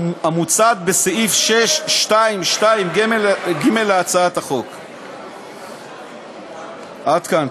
המוצעת בסעיף 6(2)(ג) להצעת החוק, עד כאן.